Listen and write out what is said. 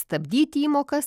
stabdyti įmokas